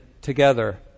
together